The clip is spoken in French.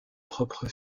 propre